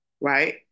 right